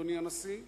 אדוני הנשיא?